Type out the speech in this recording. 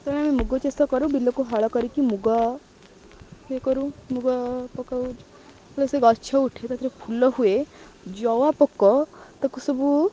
ତେଣୁ ଆମେ ମୁଗ ଚାଷ କରୁ ବିଲକୁ ହଳ କରିକି ମୁଗ ଇଏ କରୁ ମୁଗ ପକାଉ ସେ ଗଛ ଉଠେ ତା ଧିହରେ ଫୁଲ ହୁଏ ଜଉ ପୋକ ତାକୁ ସବୁ